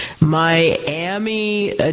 Miami